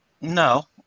No